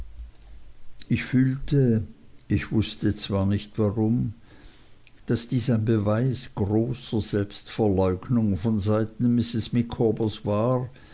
ich fühlte ich wußte zwar nicht warum daß dies ein beweis großer selbstverleugnung von seiten mrs micawbers war